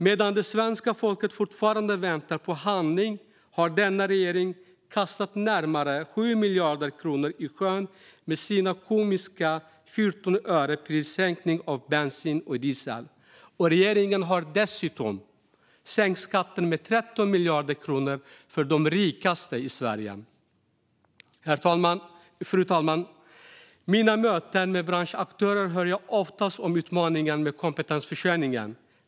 Medan det svenska folket fortfarande väntar på handling har denna regering kastat närmare 7 miljarder kronor i sjön med sina komiska 14 öre i prissänkning på bensin och diesel. Regeringen har dessutom sänkt skatten med 13 miljarder kronor för de rikaste i Sverige. Fru talman! I mina möten med branschaktörer hör jag ofta om utmaningen med kompetensförsörjning.